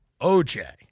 OJ